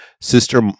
sister